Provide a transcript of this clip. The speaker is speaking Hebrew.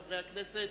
חברי הכנסת,